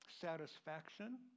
satisfaction